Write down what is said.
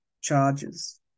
charges